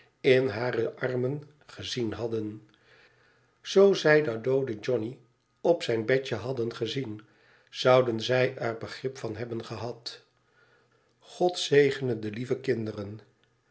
in hare armen gezien hadden zoo zij den dooden johnny op zijn bedje hadden gezien zouden zij er begrip van hebben gehad god zegene de lieve kinderen